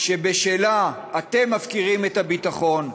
שבשלה אתם מפקירים את הביטחון,